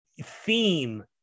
theme